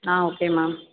ah okay ma'am